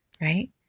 right